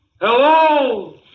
Hello